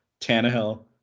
Tannehill